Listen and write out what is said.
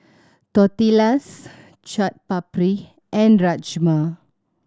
Tortillas Chaat Papri and Rajma